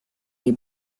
nii